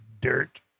Dirt